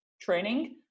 training